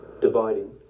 dividing